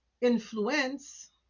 influence